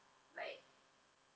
like